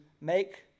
make